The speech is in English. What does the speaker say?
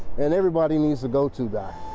and everybody needs a go to guy.